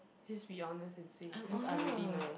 please be honest and say since I already know